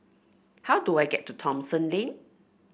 how do I get to Thomson Lane